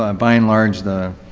um by and large the